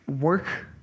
work